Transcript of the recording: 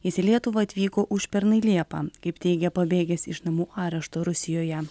jis į lietuvą atvyko užpernai liepą kaip teigia pabėgęs iš namų arešto rusijoje